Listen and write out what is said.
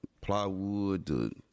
plywood